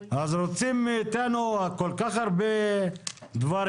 אז רוצים מאתנו כל כך הרבה דברים.